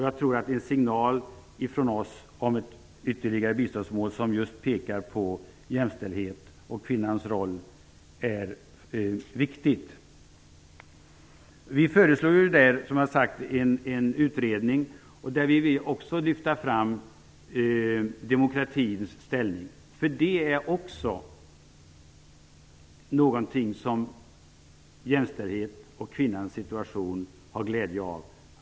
Jag tror att en signal från oss om ett ytterligare biståndsmål, som just pekar på jämställdhet och kvinnans roll, är viktigt. Vi föreslår, som jag har sagt, en utredning. Vi vill också lyfta fram demokratins ställning. Att vi satsar på att fördjupa demokratin är också någonting som jämställdheten och kvinnorna har glädje av.